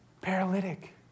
paralytic